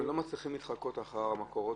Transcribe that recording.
אתם לא מצליחים להתחקות אחר המקור?